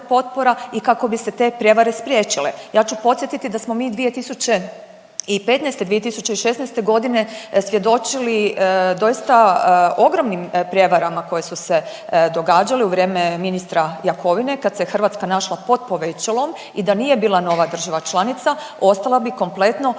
potpora i kako bi se te prijevare spriječile. Ja ću podsjetiti da smo mi 2015. i 2016.g. svjedočili doista ogromnim prijevarama koje su se događale u vrijeme ministra Jakovine kad se Hrvatska našla pod povećalom i da nije bila nova država članica ostala bi kompletno